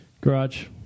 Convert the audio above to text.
Garage